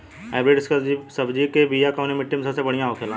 Hybrid सब्जी के बिया कवने मिट्टी में सबसे बढ़ियां होखे ला?